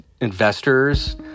Investors